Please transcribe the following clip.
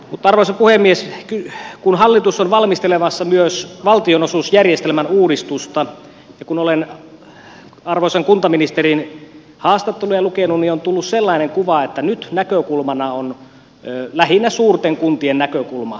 mutta arvoisa puhemies kun hallitus on valmistelemassa myös valtionosuusjärjestelmän uudistusta ja kun olen arvoisan kuntaministerin haastatteluja lukenut niin on tullut sellainen kuva että nyt näkökulmana on lähinnä suurten kuntien näkökulma